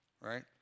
right